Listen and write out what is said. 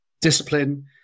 discipline